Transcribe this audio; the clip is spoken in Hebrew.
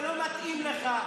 זה לא מתאים לך,